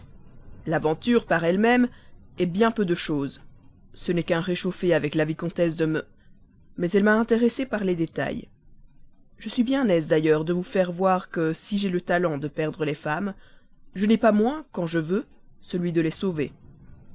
l'aventure par elle-même est bien peu de chose ce n'est qu'un réchauffé avec la vicomtesse de m mais elle m'a intéressé par les détails je suis bien aise d'ailleurs de vous faire voir que si j'ai le talent de perdre les femmes je n'ai pas moins quand je veux celui de les sauver